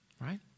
Right